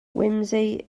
whimsy